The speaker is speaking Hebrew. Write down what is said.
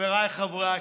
חבריי חברי הכנסת,